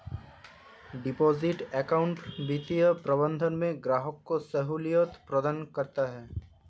deposit account वित्तीय प्रबंधन में ग्राहक को सहूलियत प्रदान करता है